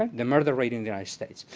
ah the murder rate in the united states.